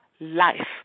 life